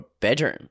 bedroom